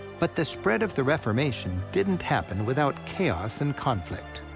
but the spread of the reformation didn't happen without chaos and conflict.